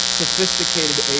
sophisticated